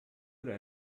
oder